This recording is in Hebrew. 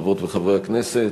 חברות וחברי הכנסת,